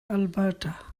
alberta